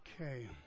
Okay